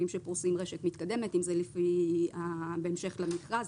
שפורסים רשת מתקדמת - אם זה בהמשך למכרז,